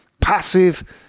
passive